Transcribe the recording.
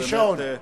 בלי שעון.